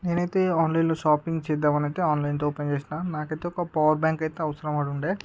నేను అయితే ఆన్లైన్లో షాపింగ్ చేద్దాం అని అయితే ఆన్లైన్తో ఓపెన్ చేసిన నాకైతే ఒక పవర్ బ్యాంక్ అయితే అవసరం పడిండే